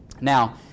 Now